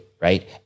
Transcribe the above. right